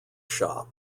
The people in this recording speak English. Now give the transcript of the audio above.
shop